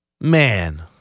man